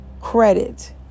credit